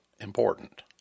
important